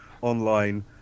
online